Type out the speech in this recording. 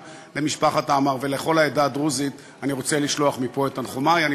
למשפחת עמאר ולכל העדה הדרוזית אני רוצה לשלוח מפה את תנחומי,